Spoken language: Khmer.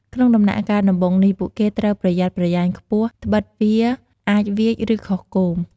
ក្នុងដំណាក់កាលដំបូងនេះ ពួកគេត្រូវប្រយ័ត្នប្រយែងខ្ពស់ដ្បិតវាអាចវៀច ឬខុសគោម។